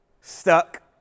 stuck